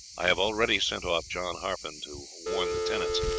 i have already sent off john harpen to warn the tenants,